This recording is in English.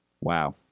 Wow